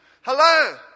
Hello